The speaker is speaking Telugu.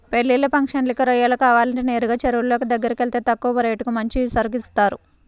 పెళ్ళిళ్ళకి, ఫంక్షన్లకి రొయ్యలు కావాలంటే నేరుగా చెరువులోళ్ళ దగ్గరకెళ్తే తక్కువ రేటుకి మంచి సరుకు ఇత్తారు